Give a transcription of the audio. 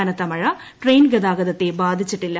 കനത്ത മഴ ട്രെയിൻ ഗതാഗതത്തെ ബാധിച്ചിട്ടില്ല